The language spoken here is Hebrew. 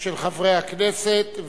של חברי הכנסת.